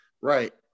Right